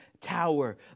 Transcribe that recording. tower